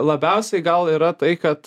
labiausiai gal yra tai kad